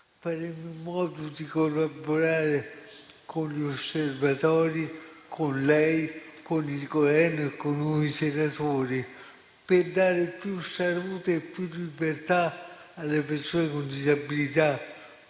faremo in modo di collaborare con gli Osservatori, con lei e il Governo e tra noi senatori per dare più salute e libertà alle persone con disabilità